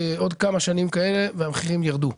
עוד כמה שנים כאלה והמחירים ירדו.